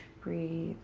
breathe,